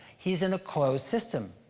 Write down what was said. he's in a closed system.